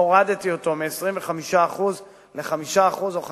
הורדתי אותו מ-25% ל-5% או ל-15%.